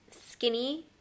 skinny